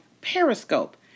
Periscope